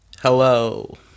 Hello